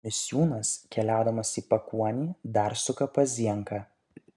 misiūnas keliaudamas į pakuonį dar suka pas zienką